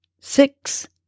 six